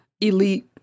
elite